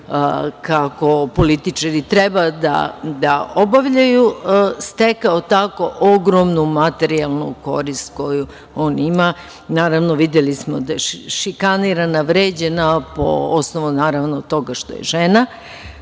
kako političari treba da obavljaju, stekao ogromnu materijalnu korist koju on ima. Naravno, videli smo da je šikanirana, vređana po osnovu toga što je žena.